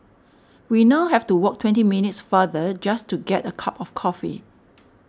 we now have to walk twenty minutes farther just to get a cup of coffee